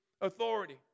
authority